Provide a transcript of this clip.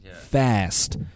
fast